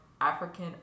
African